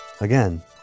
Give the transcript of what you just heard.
Again